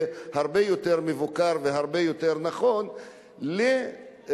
הרבה יותר מבוקר והרבה יותר נכון לחברה,